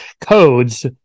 codes